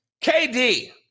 KD